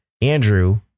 Andrew